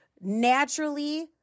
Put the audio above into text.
naturally